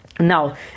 Now